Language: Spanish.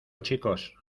chicos